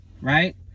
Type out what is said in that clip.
right